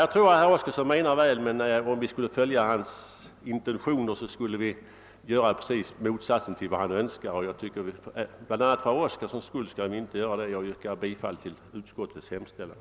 Jag tror att herr Oskarson menar väl, men om man skulle följa hans intentioner skulle vi göra precis motsatsen till vad han önskar, och det tycker jag att vi, bl.a. för herr Oskarsons egen skull, inte skall göra. Jag yrkar bifall till utskottets hemställan.